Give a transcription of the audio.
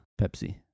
Pepsi